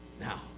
now